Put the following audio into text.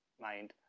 mind